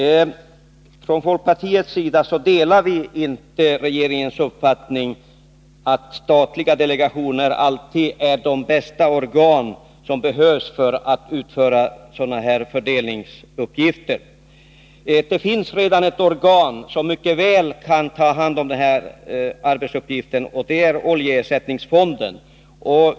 Vi från folkpartiet delar inte regeringens uppfattning att en statlig delegation alltid är det bästa organet för att utföra sådana här fördelningsuppgifter. Det finns redan ett organ, som mycket väl kan ta hand om denna uppgift, nämligen oljeersättningsfonden.